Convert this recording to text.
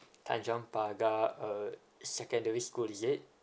tanjong pagar uh secondary school is it